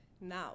now